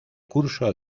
curso